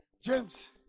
James